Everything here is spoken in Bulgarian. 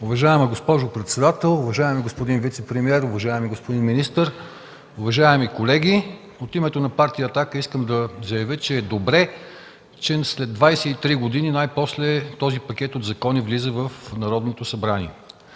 Уважаема госпожо председател, уважаеми господин вицепремиер, уважаеми господин министър, уважаеми колеги! От името на партия „Атака” искам да заявя, че е добре, че след 23 години най-после този пакет от закони влиза в Народното събрание.